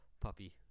puppy